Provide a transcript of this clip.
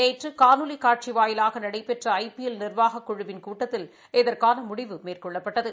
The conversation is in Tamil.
நேற்று காணொலி கட்சி வாயிலாக நடைபெற்ற ஐ பி எல் நீர்வாகக்குழுவிள் கூட்டத்தில் இதற்கான முடிவு மேற்கொள்ளப்பட்டது